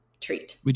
treat